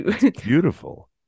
Beautiful